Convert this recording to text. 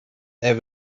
there